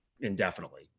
indefinitely